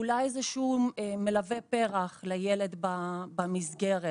אולי איזשהו מלווה פר"ח לילד במסגרת,